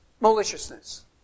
maliciousness